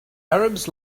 arabs